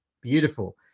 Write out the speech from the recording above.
beautiful